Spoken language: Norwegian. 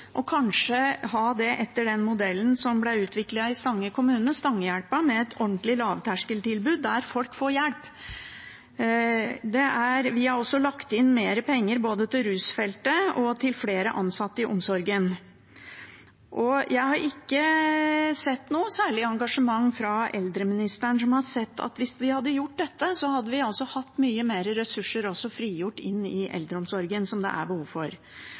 og at man kanskje har det etter den modellen som ble utviklet i Stange kommune, Stangehjelpa, med et ordentlig lavterskeltilbud der folk får hjelp. Vi har også lagt inn mer penger både til rusfeltet og til flere ansatte i omsorgen. Jeg har ikke sett noe særlig engasjement fra eldreministeren. Hvis vi hadde gjort dette, hadde vi hatt mye mer ressurser å frigjøre inn i eldreomsorgen, som det er behov for.